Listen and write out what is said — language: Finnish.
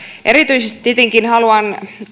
erityisesti tietenkin haluan